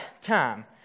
time